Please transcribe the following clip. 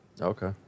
Okay